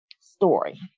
Story